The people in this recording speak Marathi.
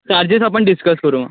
चार्जेस आपण डिस्कस करू मग